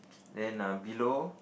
then um below